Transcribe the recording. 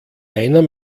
einer